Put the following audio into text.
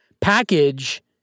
Package